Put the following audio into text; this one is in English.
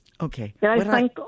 Okay